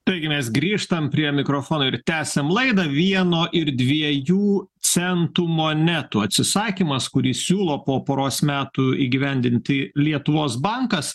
taigi mes grįžtam prie mikrofono ir tęsiam laidą vieno ir dviejų centų monetų atsisakymas kurį siūlo po poros metų įgyvendinti lietuvos bankas